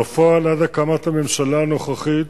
בפועל, עד הקמת הממשלה הנוכחית